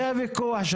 זה הוויכוח.